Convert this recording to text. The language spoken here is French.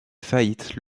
faillite